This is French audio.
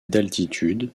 d’altitude